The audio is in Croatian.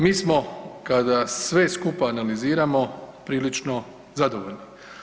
Mi smo kada sve skupa analiziramo prilično zadovoljni.